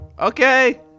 Okay